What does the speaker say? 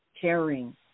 caring